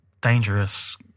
dangerous